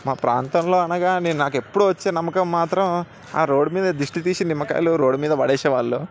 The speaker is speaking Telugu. మా ప్రాంతంలో అనగా నే నాకు ఎప్పుడు వచ్చే నమ్మకం మాత్రం ఆ రోడ్డు మీద దిష్టి తీసిన నిమ్మకాయలు రోడ్డు మీద పాడేసే వాళ్ళు